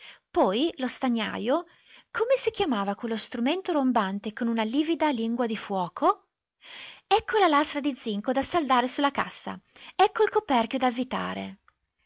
poi lo stagnajo come si chiamava quello strumento rombante con una livida lingua di fuoco ecco la lastra di zinco da saldare su la cassa ecco il coperchio da avvitare